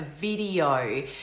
video